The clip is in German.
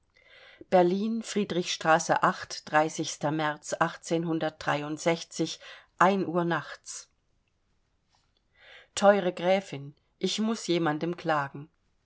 berlin friedrich märz uhr nachts teure gräfin ich muß jemandem klagen